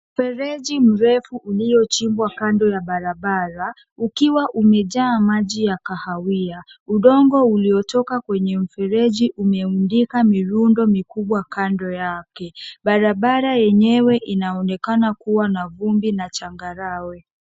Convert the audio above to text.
Mfereji mrefu uliochimbwa kando ya barabara ukiwa umejaa maji ya kahawia. Udongo uliotoka kwenye mfereji umeungika mirundo mikubwa kando yake. Barabara yenyewe inaonekana kuwa na vumbi na changarawe.